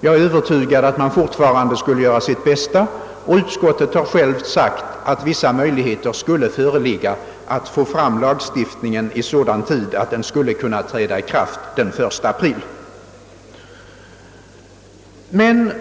Jag är dock övertygad om att man där fortfarande skulle göra sitt bästa, och utskottsmajoriteten har också sagt att vissa möjligheter skulle föreligga att få fram lagstiftningsförslaget i så god tid att lagarna skulle kunna träda i kraft den 1 april 1967.